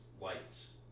lights